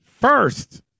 first